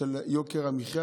ביוקר המחיה,